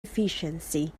efficiency